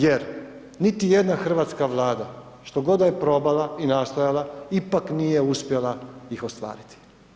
Jer niti jedna hrvatska vlada, što god da je probala i nastojala ipak nije uspjela ih ostvariti.